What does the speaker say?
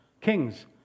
kings